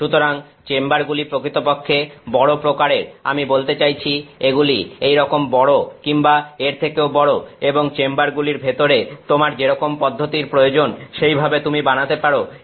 সুতরাং চেম্বার গুলি প্রকৃতপক্ষে বড় প্রকারের আমি বলতে চাইছি এগুলি এইরকম বড় কিংবা এর থেকেও বড় এবং চেম্বারগুলির ভেতরে তোমার যেরকম পদ্ধতির প্রয়োজন সেইভাবে তুমি বানাতে পারো